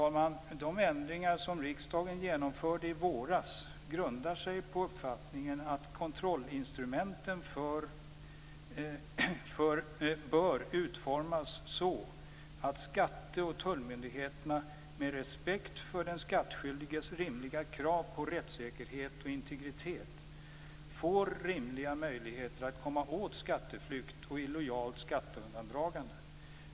De ändringar som riksdagen genomförde i våras grundar sig på uppfattningen att kontrollinstrumenten bör utformas så att skatte och tullmyndigheterna - med respekt för den skattskyldiges rimliga krav på rättssäkerhet och integritet - får rimliga möjligheter att komma åt skatteflykt och illojalt skatteundandragande.